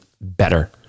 better